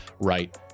right